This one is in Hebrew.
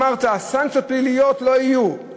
אמרת: סנקציות פליליות לא יהיו.